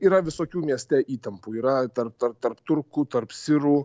yra visokių mieste įtampų yra tar tar tarp turkų tarp sirų